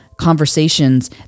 conversations